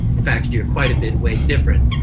in fact, you're quite a bit a ways different.